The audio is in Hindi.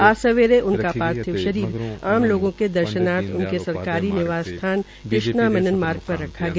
आज सवेरे उनका पार्थिव शरीर आम लोगों के दर्शानार्थ उनके सरकारी निवास स्थान कृष्णा मेनन मार्ग पर रखा गया